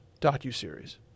docu-series